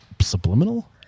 subliminal